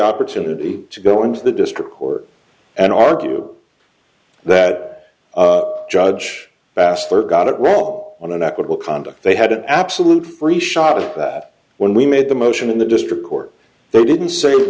opportunity to go into the district court and argue that judge bassler got it wrong on an equitable conduct they had an absolute free shot of that when we made the motion in the district court they didn't say